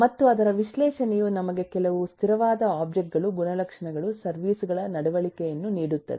ಮತ್ತು ಅದರ ವಿಶ್ಲೇಷಣೆಯು ನಮಗೆ ಕೆಲವು ಸ್ಥಿರವಾದ ಒಬ್ಜೆಕ್ಟ್ ಗಳು ಗುಣಲಕ್ಷಣಗಳು ಸರ್ವಿಸ್ ಗಳ ನಡವಳಿಕೆಯನ್ನು ನೀಡುತ್ತದೆ